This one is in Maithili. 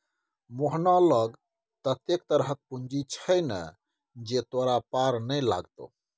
मोहना लग ततेक तरहक पूंजी छै ने जे तोरा पार नै लागतौ